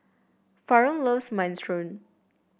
Faron loves Minestrone